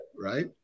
right